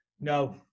No